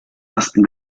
ersten